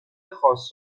خاص